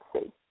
see